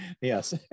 Yes